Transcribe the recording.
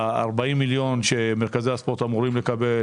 40 מיליון שמרכזי הספורט אמורים לקבל